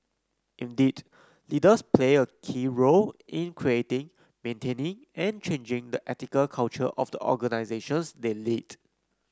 indeed leaders play a key role in creating maintaining and changing the ethical culture of the organisations they lead